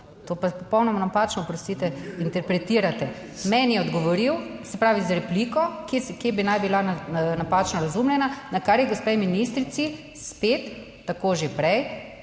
To pa popolnoma napačno, oprostite, interpretirate. Meni je odgovoril, se pravi z repliko, kje bi naj bila napačno razumljena, na kar je gospe ministrici spet tako že prej